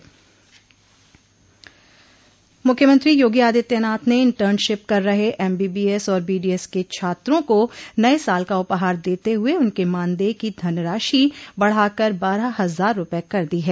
मुख्यमंत्री योगी आदित्यनाथ ने इंटर्नशिप कर रहे एमबीबीएस और बीडीएस के छात्रों को नये साल का उपहार देते हुए उनके मानदेय की धनराशि बढ़ाकर बारह हजार रूपये कर दी है